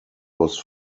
was